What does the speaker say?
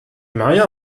maya